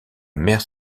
maire